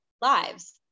lives